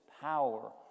power